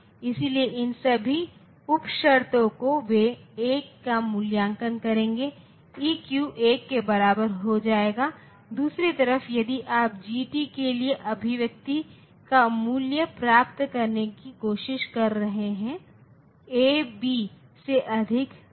इसलिए डिजिटल परिवार को देखते हुए किसी भी डिजिटल सर्किट को 2 वर्गों में वर्गीकृत किया जा सकता है एक को कॉम्बिनेशन क्लास कहा जाता है और दूसरे को सेक्विवेन्शन क्लास कहा जाता है